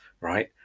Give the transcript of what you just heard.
right